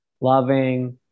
loving